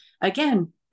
again